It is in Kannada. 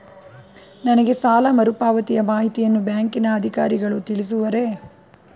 ನನಗೆ ಸಾಲ ಮರುಪಾವತಿಯ ಮಾಹಿತಿಯನ್ನು ಬ್ಯಾಂಕಿನ ಅಧಿಕಾರಿಗಳು ತಿಳಿಸುವರೇ?